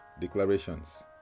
declarations